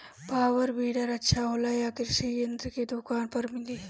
Power weeder अच्छा होला यह कृषि यंत्र के दुकान पर मिली?